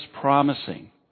promising